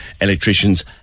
electricians